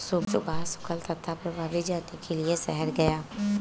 सुभाष शुल्क तथा प्रभावी जानने के लिए शहर गया